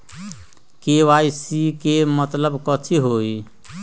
KYC के मतलब कथी होई?